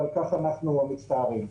ועל כך אנחנו מצטערים.